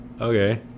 okay